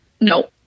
No